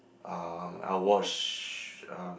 uh I'll watch uh